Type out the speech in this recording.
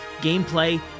gameplay